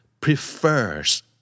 prefers